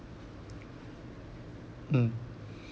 mm